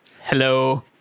Hello